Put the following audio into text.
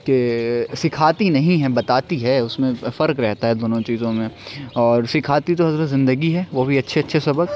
کہ سکھاتی نہیں ہے بتاتی ہے اس میں فرق رہتا ہے دونوں چیزوں میں اور سکھاتی تو اس میں زندگی ہے وہ بھی اچھے اچھے سبق